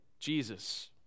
Jesus